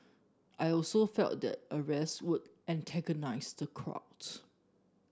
I also felt that arrest would antagonise the crowd